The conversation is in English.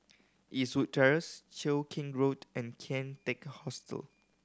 Eastwood Terrace Cheow Keng Road and Kian Teck Hostel